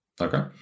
Okay